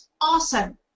Awesome